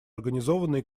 организованной